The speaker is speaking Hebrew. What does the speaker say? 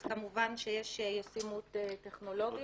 אז כמובן שיש ישימות טכנולוגית.